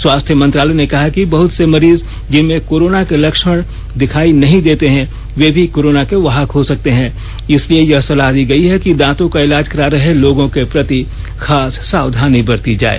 स्वास्थ्य मंत्रालय ने कहा है कि बहत से मरीज जिनमें कोरोना के लक्षण दिखाई नहीं देते हैं वे भी कोरोना के वाहक हो सकते हैं इसलिए यह सलाह दी गई है कि दांतों का इलाज करा रहे लोगों के प्रति खास सावधानी बरती जाए